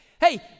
hey